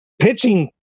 pitching